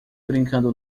brincando